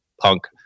Punk